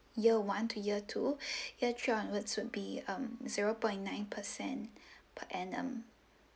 year one to year two year three onwards would be um zero point nine percent per annum